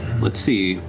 let's see